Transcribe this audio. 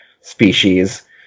species